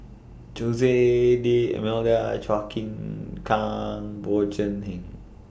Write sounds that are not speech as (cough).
Jose (noise) D'almeida Chua Chim Kang Bjorn Shen